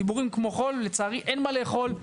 דיבורים כמו חול, ולצערי, אין מה לאכול.